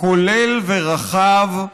כולל ורחב,